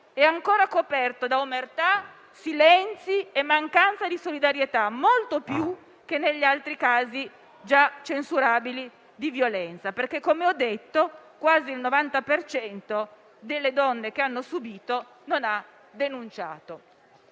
è ancora coperto da omertà, silenzi e mancanza di solidarietà, molto più che negli altri casi - già censurabili - di violenza. Come ho detto, quasi il 90 per cento delle donne che hanno subito non ha denunciato.